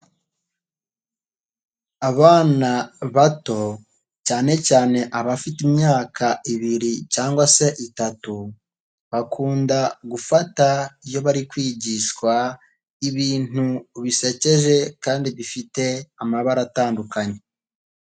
Abana bato cyanecyane abafite imyaka ibiri cyangwa se itatu, bakunda gufata iyo bari kwigishwa ibintu bisekeje kandi bifite amabara atandukanye.